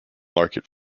market